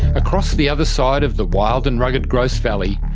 across the other side of the wild and rugged grose valley,